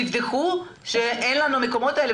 תבדקו שאין לנו מקומות כאלה.